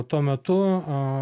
tuo metu